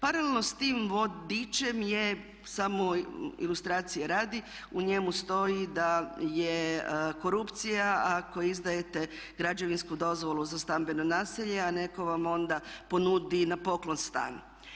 Paralelno sa tim vodičem je samo ilustracije radi, u njemu stoji da je korupcija ako izdajete građevinsku dozvolu za stambeno naselje a netko vam onda ponudi stan.